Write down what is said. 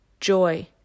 joy